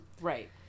Right